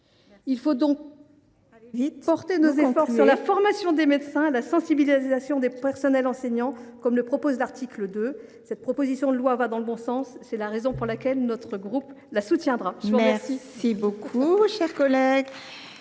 Il faut donc porter nos efforts sur la formation des médecins et la sensibilisation des personnels enseignants, comme il est proposé à l’article 2. Cette proposition de loi va dans le bon sens ; c’est la raison pour laquelle notre groupe la soutiendra. La parole est